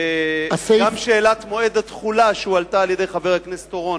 גם שאלת מועד התחולה שהעלה חבר הכנסת אורון,